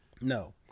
No